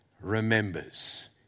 remembers